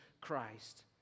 Christ